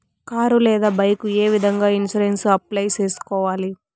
car లేదా bike ఏ విధంగా ఇన్సూరెన్సు అప్లై సేసుకోవాలి